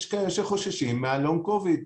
יש כאלה שחוששים מהלונג קוביד.